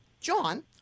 John